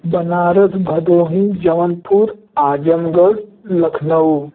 Banaras Bhadohi Jaunpur Azamgarh Lucknow